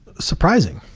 surprising,